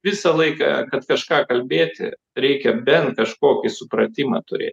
visą laiką kad kažką kalbėti reikia bent kažkokį supratimą turė